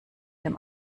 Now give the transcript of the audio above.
dem